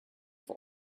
for